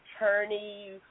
attorney